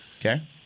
Okay